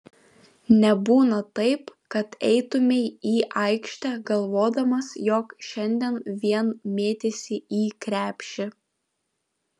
nebūna taip kad eitumei į aikštę galvodamas jog šiandien vien mėtysi į krepšį